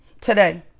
today